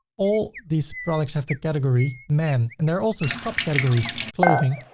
all these products have the category men, and there are also sub categories clothing.